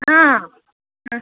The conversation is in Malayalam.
ആ ആ